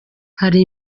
hari